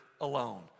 alone